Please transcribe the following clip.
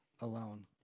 alone